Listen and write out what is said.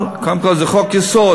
קודם כול, זה חוק-יסוד.